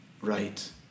Right